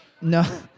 No